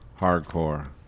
hardcore